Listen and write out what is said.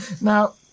Now